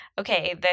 okay